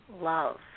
love